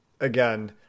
again